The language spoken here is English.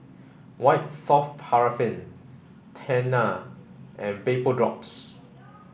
white soft paraffin Tena and Vapodrops